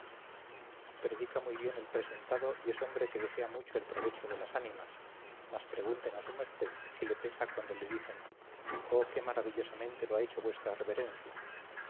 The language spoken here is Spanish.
predica muy bien el presentado y es hombre que desea mucho el provecho de las ánimas mas pregunten a su merced si le pesa cuando le dicen oh qué maravillosamente lo ha hecho vuestra reverencia